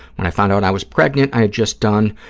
when i found out i was pregnant, i'd just done